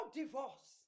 divorce